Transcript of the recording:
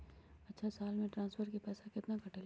अछा साल मे ट्रांसफर के पैसा केतना कटेला?